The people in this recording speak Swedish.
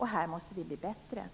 Här måste vi bli bättre.